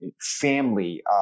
family